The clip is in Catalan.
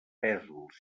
pèsols